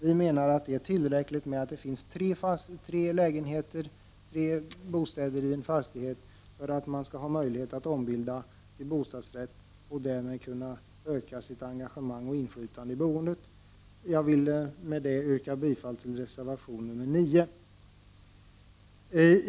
Vi anser att det är tillräckligt att det finns tre lägenheter i en fastighet för att en ombildning skall kunna ske och för att de boende därmed skall kunna öka sitt engagemang och inflytande i boendet. Jag yrkar därmed bifall till reservation 9.